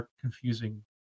confusing